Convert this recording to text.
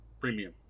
premium